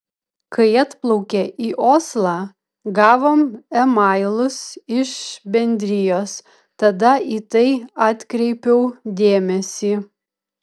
kai atplaukė į oslą gavom e mailus iš bendrijos tada į tai atkreipiau dėmesį